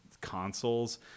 consoles